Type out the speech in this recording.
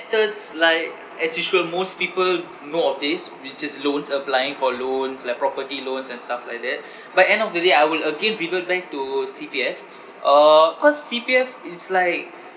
like as usual most people know of this which is loans applying for loans like property loans and stuff like that but end of the day I will again revert back to C_P_F uh cause C_P_F it's like